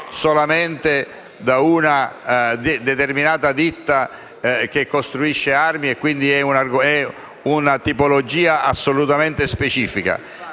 solamente da una determinata ditta che costruisce armi e quindi è una tipologia assolutamente specifica,